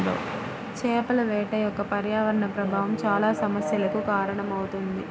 చేపల వేట యొక్క పర్యావరణ ప్రభావం చాలా సమస్యలకు కారణమవుతుంది